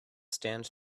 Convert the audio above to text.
stand